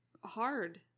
hard